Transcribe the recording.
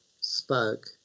spoke